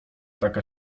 taka